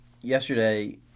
yesterday